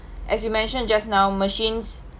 as you mentioned just now machines